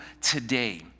today